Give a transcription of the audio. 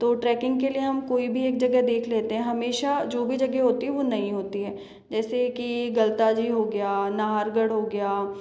तो ट्रैकिंग के लिए हम कोई भी एक जगह देख लेते हैं हमेशा जो भी जगह होती है वो नई होती है जैसे कि गलता जी हो गया नाहरगढ़ हो गया